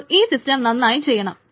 അപ്പോൾ ഈ സിസ്റ്റം നന്നായി ചെയ്യണം